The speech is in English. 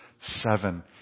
seven